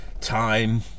time